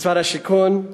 משרד השיכון,